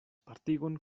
partigon